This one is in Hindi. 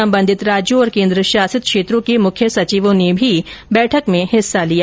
संबंधित राज्यों और केन्द्रशासित क्षेत्रों के मुख्य सचिवों ने भी समीक्षा बैठक में हिस्सा लिया